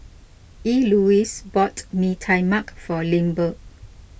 Elouise bought Mee Tai Mak for Lindbergh